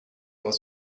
was